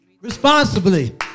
Responsibly